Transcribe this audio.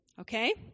okay